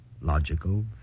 Logical